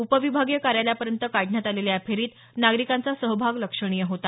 उपविभागीय कार्यालयापर्यंत काढण्यात आलेल्या या फेरीत नागरिकांचा सहभाग लक्षणीय होता